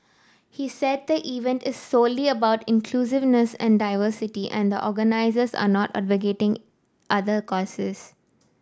he said the event is solely about inclusiveness and diversity and the organisers are not advocating other causes